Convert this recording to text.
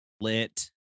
Lit